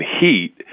heat